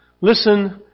Listen